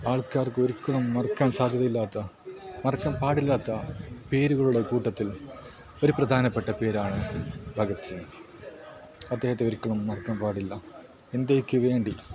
ആൾക്കാർക്കൊരിക്കലും മറക്കാൻ സാധ്യതയില്ലാത്ത മറക്കാൻ പാടില്ലാത്ത പേരുകളുടെ കൂട്ടത്തിൽ ഒരു പ്രധാനപ്പെട്ട ഒരു പേരാണ് ഭഗത് സിംഗ് അദ്ദേഹത്തെ ഒരിക്കലും മറക്കാൻ പാടില്ല ഇന്ത്യയ്ക്ക് വേണ്ടി